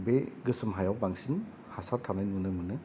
बे गोसोम हायाव बांसिन हासार थानाय नुनो मोनो